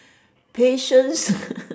patience